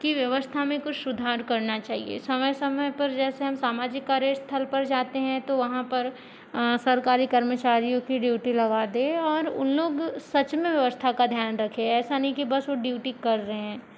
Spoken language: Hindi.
की व्यवस्था में कुछ सुधार करना चाहिए समय समय पर जैसे हम सामाजिक कार्य स्थल पर जाते हैं तो वहाँ पर सरकारी कर्मचारियों की ड्यूटी लगा दें और उन लोग सच में व्यवस्था का ध्यान रखें ऐसा नहीं की बस वो ड्यूटी कर रहे हैं